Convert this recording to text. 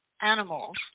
animals